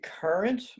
current